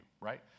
right